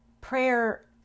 prayer